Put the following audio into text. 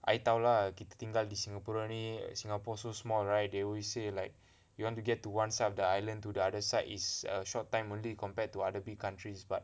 I tahu lah kita tinggal di singapura ni singapore so small right they always say like you want to get to one side of the island to the other side is a short time only compared to other big countries but